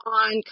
on